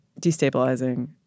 destabilizing